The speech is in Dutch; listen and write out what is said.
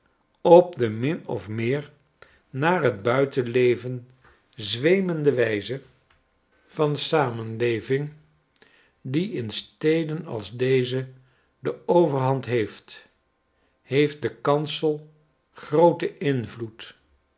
of fy n vekt van samenleving die in steden als deze de overhand heeft heeft de kansel grooten invloed